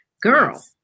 Girl